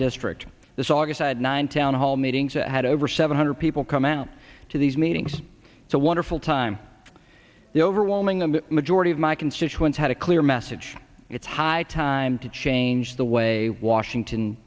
district the saugus i had nine towns hall meetings i've had over seven hundred people come out to these meetings it's a wonderful time the overwhelming majority of my constituents had a clear message it's high time to change the way washington